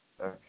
Okay